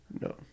no